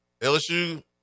LSU